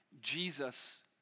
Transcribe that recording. Jesus